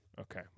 okay